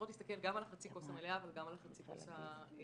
להסתכל גם על החצי כוס המלאה אבל גם על החצי כוס הריקה